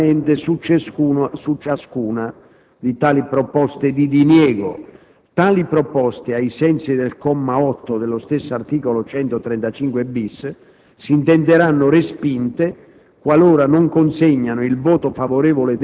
L'Assemblea delibererà separatamente su ciascuna di tali proposte di diniego. Tali proposte, ai sensi del comma 8 dello stesso articolo 135-*bis* del Regolamento, s'intenderanno respinte